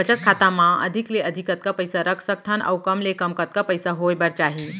बचत खाता मा अधिक ले अधिक कतका पइसा रख सकथन अऊ कम ले कम कतका पइसा होय बर चाही?